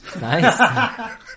Nice